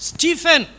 Stephen